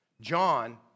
John